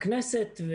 הכנסת,